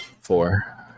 four